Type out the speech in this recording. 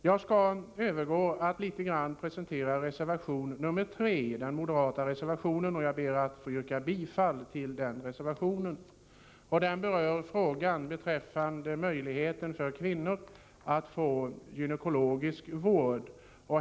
Jag skall övergå till att något litet presentera den moderata reservationen nr 3, och jag ber att få yrka bifall till den. Reservationen berör möjligheten för kvinnor att få gynekologisk vård.